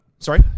Sorry